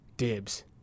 Dibs